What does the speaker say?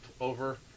over